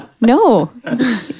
No